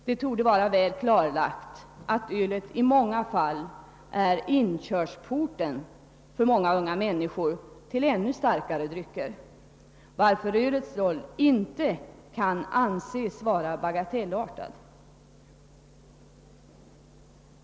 Det torde vara väl klarlagt att ölet i många fall är inkörsporten för många unga människor till ännu starkare drycker, varför ölets roll inte kan anses vara bagatellartad.